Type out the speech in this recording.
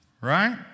right